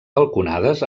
balconades